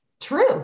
true